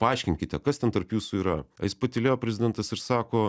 paaiškinkite kas ten tarp jūsų yra jis patylėjo prezidentas ir sako